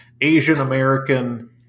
Asian-American